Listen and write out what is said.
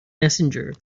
messenger